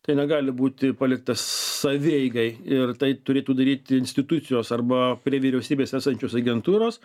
tai negali būti paliktas savieigai ir tai turėtų daryti institucijos arba prie vyriausybės esančios agentūros